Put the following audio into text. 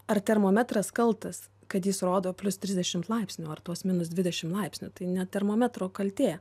ar termometras kaltas kad jis rodo plius trisdešimt laipsnių ar tuos minus dvidešim laipsnių tai ne termometro kaltė